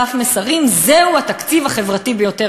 דף מסרים: זהו התקציב החברתי ביותר.